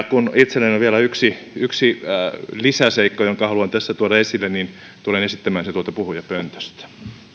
kun itselläni on vielä yksi yksi lisäseikka jonka haluan tässä tuoda esille niin tulen esittämään sen tuolta puhujapöntöstä